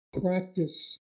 Practice